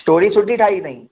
story सुठी ठाही अथईं